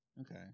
okay